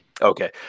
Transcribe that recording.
Okay